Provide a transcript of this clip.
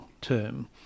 term